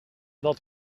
dat